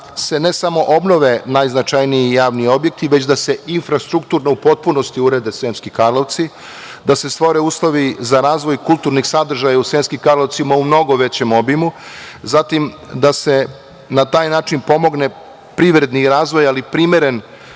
se ne samo obnove najznačajniji javni objekti, već da se infrastrukturno u potpunosti urede Sremski Karlovci, da se stvore uslovi za razvoj kulturnih sadržaja u Sremskim Karlovcima, u mnogo većem obimu. Zatim, da se na taj način pomogne privredni razvoj, ali i premeren